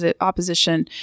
opposition